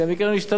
מהצמדה,